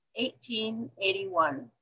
1881